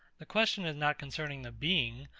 the question is not concerning the being,